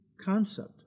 concept